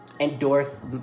endorse